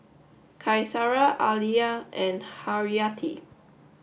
Qaisara Alya and Haryati